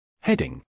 Heading